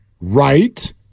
Right